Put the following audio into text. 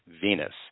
Venus